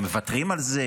הם מוותרים על זה?